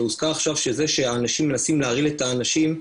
והוזכר עכשיו שזה שאנשים מנסים להרעיל את האנשים,